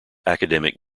academic